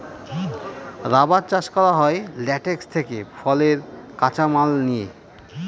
rubber চাষ করা হয় ল্যাটেক্স থেকে ফলের কাঁচা মাল নিয়ে